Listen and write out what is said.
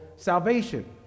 salvation